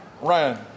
Ryan